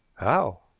how?